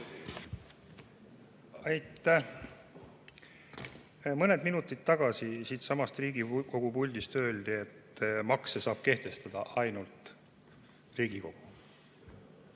Aitäh! Mõned minutid tagasi siitsamast Riigikogu puldist öeldi, et makse saab kehtestada ainult Riigikogu.